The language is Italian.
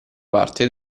parte